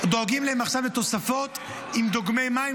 דואגים להם עכשיו לתוספות עם דוגמי מים,